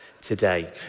today